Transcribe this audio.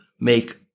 make